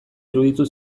iruditu